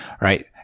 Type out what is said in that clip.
Right